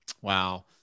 Wow